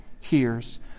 hears